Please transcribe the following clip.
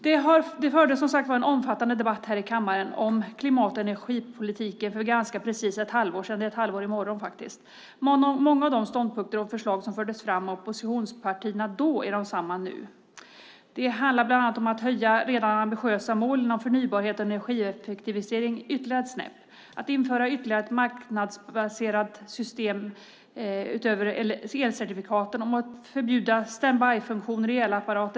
Det fördes som sagt en omfattande debatt här i kammaren om klimat och energipolitiken för ganska precis ett halvår sedan. Det är ett halvår sedan i morgon. Många av de ståndpunkter och förslag som fördes fram av oppositionspartierna då är desamma nu. Det handlar bland annat om att höja redan ambitiösa mål inom förnybar energi och energieffektivisering ytterligare ett snäpp, om att införa ytterligare ett marknadsbaserat system utöver elcertifikaten och om att förbjuda standbyfunktioner i elapparater.